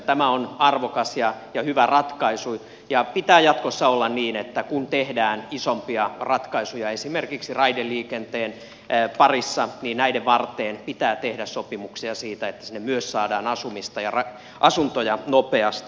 tämä on arvokas ja hyvä ratkaisu ja pitää jatkossa olla niin että kun tehdään isompia ratkaisuja esimerkiksi raideliikenteen parissa niin näiden varteen pitää tehdä sopimuksia siitä että sinne myös saadaan asumista ja asuntoja nopeasti